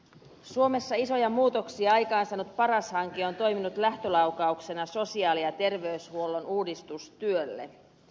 suomessa isoja muutoksia aikaansaanut paras hanke on toiminut lähtölaukauksena sosiaali ja terveyshuollon uudistustyölle